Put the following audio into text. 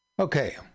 Okay